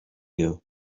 you